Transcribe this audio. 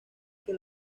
que